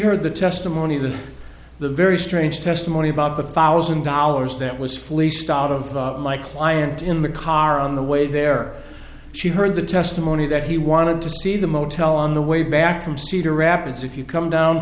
heard the testimony of the very strange testimony about the thousand dollars that was fleeced out of my client in the car on the way there she heard the testimony that he wanted to see the motel on the way back from cedar rapids if you come down